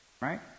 Right